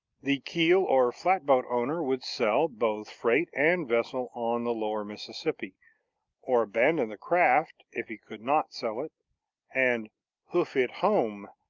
the keel or flatboat owner would sell both freight and vessel on the lower mississippi or abandon the craft if he could not sell it and hoof it home,